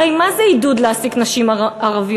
הרי מה זה עידוד להעסיק נשים ערביות?